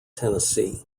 tennessee